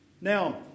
Now